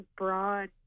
broad